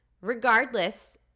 Regardless